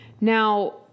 now